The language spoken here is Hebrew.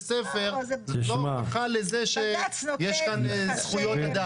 ספר זאת לא הוכחה לזה שיש כאן זכויות אדם.